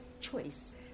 choice